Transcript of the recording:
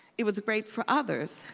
it was great for others,